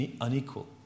unequal